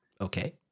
Okay